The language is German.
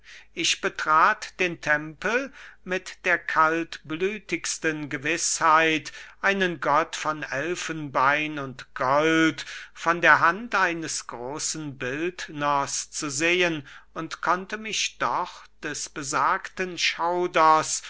ich betrat den tempel mit der kaltblütigsten gewißheit einen gott von elfenbein und gold von der hand eines großen bildners zu sehen und konnte mich doch des besagten schauders